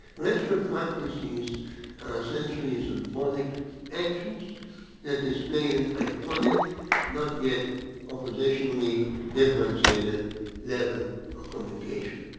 ritual practices are essentially symbolic actions that display in iconic not yet op positionally differentiated level of communication.